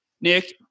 Nick